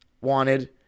wanted